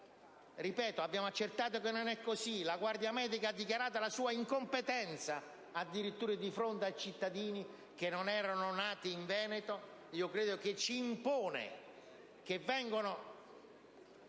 Ripeto, abbiamo accertato che non era stato così: la guardia medica ha dichiarato la sua incompetenza addirittura di fronte a cittadini che non erano nati in Veneto. Credo che tale episodio